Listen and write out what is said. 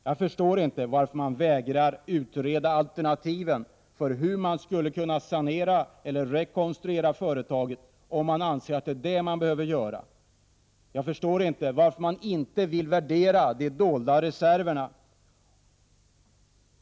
Jag förstår inte varför man vägrar utreda alternativen för hur man skall kunna sanera eller rekonstruera företaget, om man nu anser att detta behövs. Jag förstår inte varför man inte värderar de dolda reserverna.